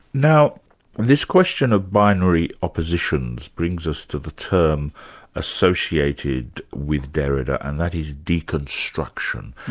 now this question of binary oppositions brings us to the term associated with derrida, and that is deconstruction.